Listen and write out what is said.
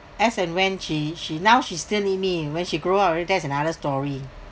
as and when she she now she still with me when she grow up already that's another story